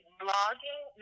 blogging